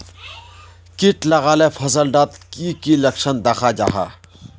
किट लगाले फसल डात की की लक्षण दखा जहा?